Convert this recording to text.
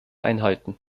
einhalten